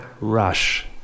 rush